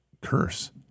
curse